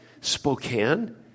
Spokane